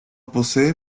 posee